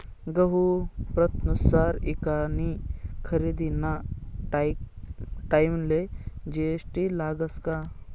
गहूना प्रतनुसार ईकानी खरेदीना टाईमले जी.एस.टी लागस का?